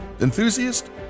enthusiast